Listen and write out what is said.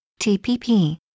TPP